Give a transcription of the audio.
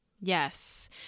Yes